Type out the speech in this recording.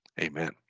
amen